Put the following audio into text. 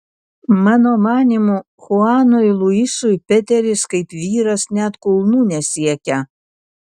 mano manymu chuanui luisui peteris kaip vyras net kulnų nesiekia